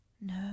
No